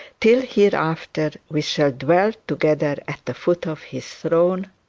till hereafter we shall dwell together at the foot of his throne